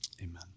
amen